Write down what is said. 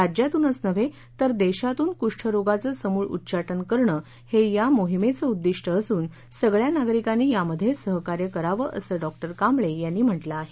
राज्यातूनच नव्हे तर देशातून कुष्ठरोगाचं समूळ उच्चाटन करणं हे या मोहिमेचं उद्दिष्ट असून सगळ्या नागरिकांनी यामध्ये सहकार्य करावं असं डॉक्टर कांबळे यांनी म्हटलं आहे